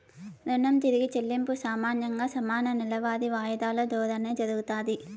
రుణం తిరిగి చెల్లింపు సామాన్యంగా సమాన నెలవారీ వాయిదాలు దోరానే జరగతాది